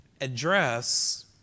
address